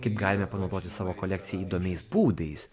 kaip galime panaudoti savo kolekciją įdomiais būdais